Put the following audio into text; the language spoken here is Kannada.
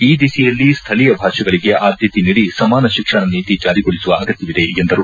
ಈ ದಿಸೆಯಲ್ಲಿ ಸ್ಥಳೀಯ ಭಾಷೆಗಳಗೆ ಆದ್ದತೆ ನೀಡಿ ಸಮಾನ ಶಿಕ್ಷಣ ನೀತಿ ಜಾರಿಗೊಳಿಸುವ ಅಗತ್ಯವಿದೆ ಎಂದರು